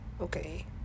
Okay